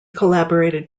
collaborated